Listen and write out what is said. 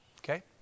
Okay